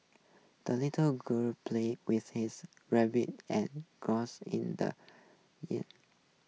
the little girl played with his rabbit and geese in the yard